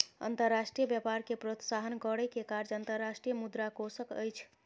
अंतर्राष्ट्रीय व्यापार के प्रोत्साहन करै के कार्य अंतर्राष्ट्रीय मुद्रा कोशक अछि